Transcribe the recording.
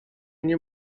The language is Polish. nie